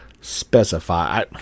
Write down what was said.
specify